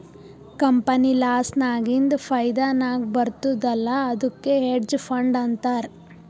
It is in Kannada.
ಕಂಪನಿ ಲಾಸ್ ನಾಗಿಂದ್ ಫೈದಾ ನಾಗ್ ಬರ್ತುದ್ ಅಲ್ಲಾ ಅದ್ದುಕ್ ಹೆಡ್ಜ್ ಫಂಡ್ ಅಂತಾರ್